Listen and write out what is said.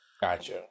Gotcha